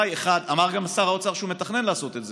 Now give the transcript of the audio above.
אמר גם שר האוצר שהוא מתכנן לעשות את זה.